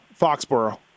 Foxborough